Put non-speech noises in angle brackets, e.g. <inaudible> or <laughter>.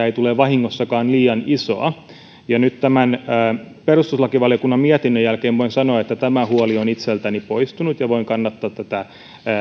<unintelligible> ei tule vahingossakaan liian isoa ja nyt tämän perustuslakivaliokunnan mietinnön jälkeen voin sanoa että tämä huoli on itseltäni poistunut ja voin kannattaa tätä